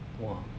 !wah!